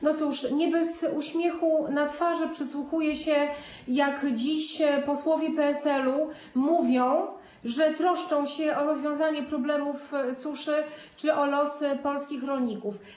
Nie bez uśmiechu na twarzy przysłuchuję się, jak dziś posłowie PSL-u mówią, że troszczą się o rozwiązanie problemów suszy czy o losy polskich rolników.